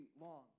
long